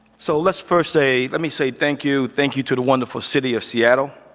so let's first say, let me say thank you. thank you to the wonderful city of seattle.